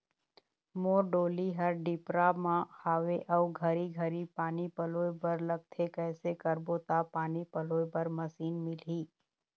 मोर डोली हर डिपरा म हावे अऊ घरी घरी पानी पलोए बर लगथे कैसे करबो त पानी पलोए बर मशीन मिलही?